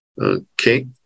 Okay